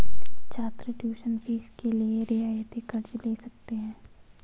छात्र tuition fee के लिए रियायती कर्ज़ ले सकते हैं